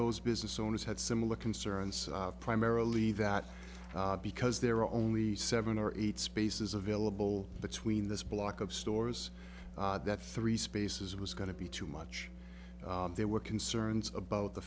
those business owners had similar concerns primarily that because there were only seven or eight spaces available between this block of stores that three spaces was going to be too much there were concerns about the